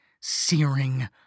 searing